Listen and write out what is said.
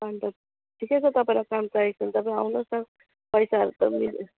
अन्त ठिकै छ तपाईँलाई काम चाहिएको छ भने तपाईँ आउनुहोस् न पैसाहरू त मिल्यो